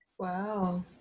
Wow